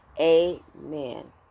amen